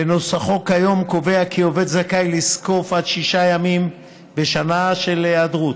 בנוסחו כיום קובע כי עובד זכאי לזקוף עד שישה ימים בשנה של היעדרות,